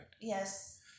Yes